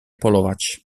polować